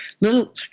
little